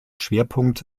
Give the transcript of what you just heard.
schwerpunkt